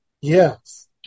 Yes